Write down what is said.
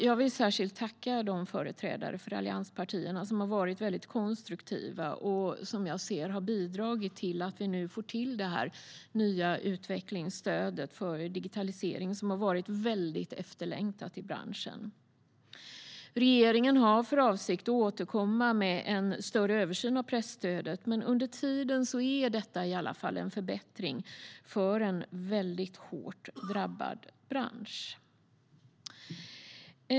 Jag vill särskilt tacka de företrädare för allianspartierna som har varit konstruktiva och har bidragit till att få fram det nya utvecklingsstödet för digitalisering, som har varit mycket efterlängtat i branschen. Regeringen har för avsikt att återkomma med en större översyn av presstödet, men under tiden är detta en förbättring för en hårt drabbad bransch.